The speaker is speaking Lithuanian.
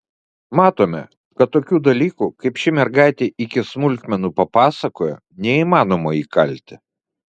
matome kad tokių dalykų kaip ši mergaitė iki smulkmenų papasakojo neįmanoma įkalti